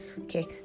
okay